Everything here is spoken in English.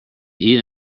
eat